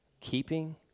keeping